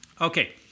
Okay